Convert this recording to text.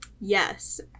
Yes